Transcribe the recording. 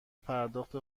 پرداخت